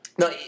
No